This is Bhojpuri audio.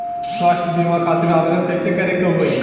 स्वास्थ्य बीमा खातिर आवेदन कइसे करे के होई?